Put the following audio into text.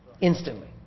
instantly